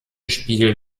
spiel